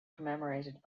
commemorated